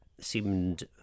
seemed